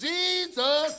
Jesus